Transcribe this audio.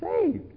saved